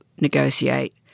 negotiate